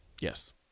Yes